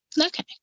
Okay